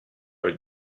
were